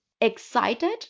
excited